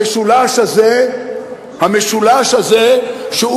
המשולש הזה, המשולש הזה שהוא